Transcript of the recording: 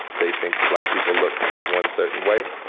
they think black people look one certain way.